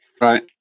right